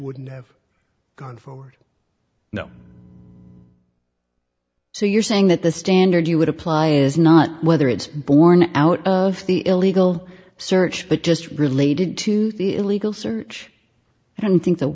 wouldn't have gone forward now so you're saying that the standard you would apply is not whether it's borne out of the illegal search it just related to the illegal search and think that